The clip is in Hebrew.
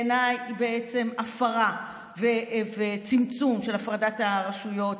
בעיניי הוא הפרה וצמצום של הפרדת הרשויות,